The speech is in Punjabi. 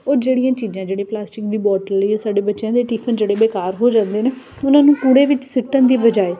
ਉਹ ਜਿਹੜੀਆਂ ਚੀਜ਼ਾਂ ਜਿਹੜੀਆਂ ਪਲਾਸਟਿਕ ਦੀ ਬੋਟਲ ਜਾਂ ਸਾਡੇ ਬੱਚਿਆਂ ਦੇ ਟੀਫਨ ਜਿਹੜੇ ਬੇਕਾਰ ਹੋ ਜਾਂਦੇ ਨੇ ਉਹਨਾਂ ਨੂੰ ਕੂੜੇ ਵਿੱਚ ਸਿੱਟਣ ਦੀ ਬਜਾਏ